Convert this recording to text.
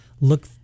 look